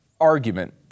argument